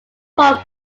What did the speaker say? from